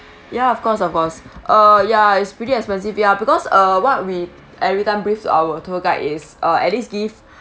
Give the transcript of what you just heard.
ya of course of course uh ya it's pretty expensive ya because uh what we every time briefs our tour guide is uh at least gives